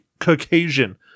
Caucasian